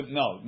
no